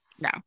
No